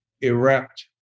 erect